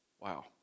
Wow